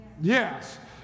Yes